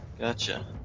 Gotcha